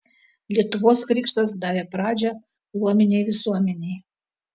lietuvos krikštas davė pradžią luominei visuomenei